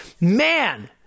Man